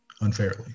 unfairly